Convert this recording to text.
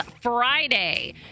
Friday